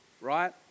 right